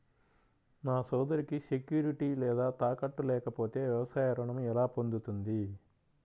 నా సోదరికి సెక్యూరిటీ లేదా తాకట్టు లేకపోతే వ్యవసాయ రుణం ఎలా పొందుతుంది?